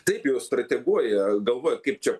taip jos strateguoja galvoja kaip čia